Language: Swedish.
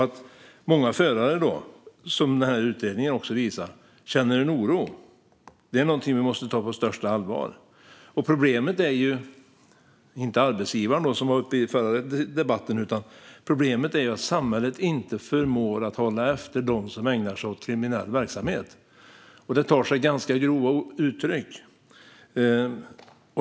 Som också utredningen visar känner många förare en oro. Det är något som vi måste ta på största allvar. Problemet är inte arbetsgivaren, som var uppe i den förra debatten, utan problemet är att samhället inte förmår hålla efter dem som ägnar sig åt kriminell verksamhet, och den tar sig ganska grova uttryck.